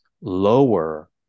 lower